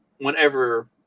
whenever